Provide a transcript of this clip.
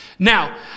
Now